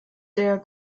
der